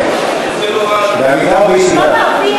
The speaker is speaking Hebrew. אני רוצה לומר, בעמידה או בישיבה?